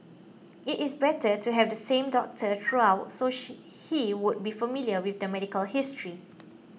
it is better to have the same doctor throughout so she he would be familiar with the medical history